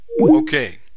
Okay